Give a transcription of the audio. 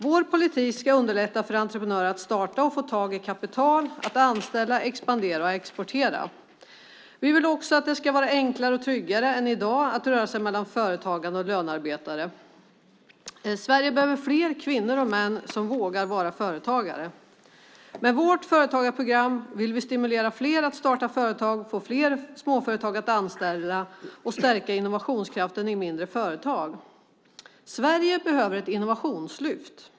Vår politik ska underlätta för entreprenörer att starta och få tag i kapital och att anställa, expandera och exportera. Vi vill också att det ska vara enklare och tryggare än i dag att röra sig mellan företagande och lönearbetande. Sverige behöver fler kvinnor och män som vågar vara företagare. Med vårt företagarprogram vill vi stimulera fler att starta företag, få fler småföretag att anställa och stärka innovationskraften i mindre företag. Sverige behöver ett innovationslyft.